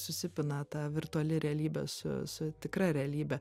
susipina ta virtuali realybė su su tikra realybe